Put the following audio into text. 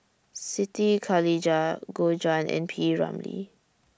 Siti Khalijah Gu Juan and P Ramlee